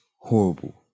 horrible